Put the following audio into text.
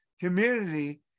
community